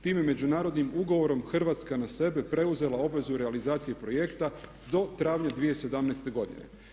Tim međunarodnim ugovorom je Hrvatska na sebe preuzela obvezu realizacije projekta do travnja 2017. godine.